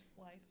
life